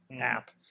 app